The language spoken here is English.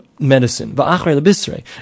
medicine